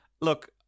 Look